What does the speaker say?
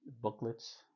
booklets